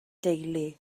deulu